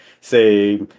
say